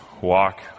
walk